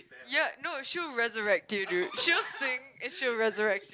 ya no she'll resurrect till dude she'll sink and she'll resurrect